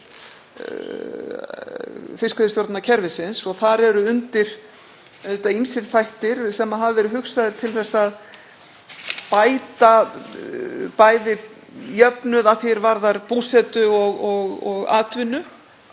fiskveiðistjórnarkerfisins. Þar eru undir auðvitað ýmsir þættir sem hafa verið hugsaðir til að bæta jöfnuð að því er varðar búsetu og atvinnu.